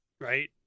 right